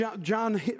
John